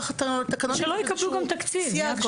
שלא יקבלו גם תקציב, יעקב.